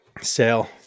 Sale